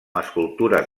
escultures